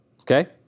Okay